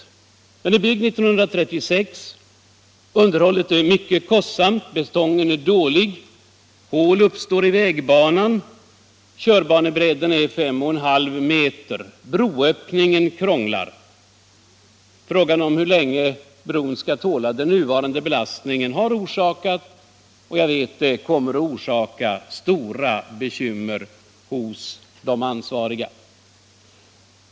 Bron byggdes 1936, underhållet är mycket kostsamt, betongen är dålig. Hål uppstår i vägbanan, körbanebredden är 5,5 meter. Broöppningen krånglar. Frågan hur länge bron tål den nuvarande belastningen har orsakat och — det vet jag — kommer att orsaka stora bekymmer hos de ansvariga.